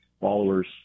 followers